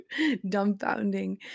dumbfounding